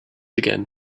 again